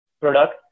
product